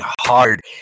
hard